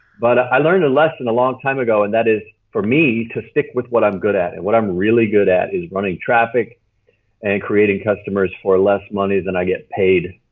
but i learned a lesson a long time ago, and that is for me to stick with what i'm good at, and what i'm really good at is running traffic and creating customers for less money than and i get paid.